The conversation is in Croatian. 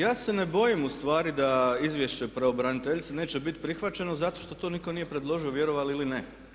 Ja se ne bojim ustvari da izvješće pravobraniteljice neće biti prihvaćeno zato što to nitko nije predložio vjerovali ili ne.